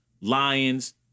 Lions